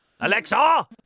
Alexa